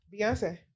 Beyonce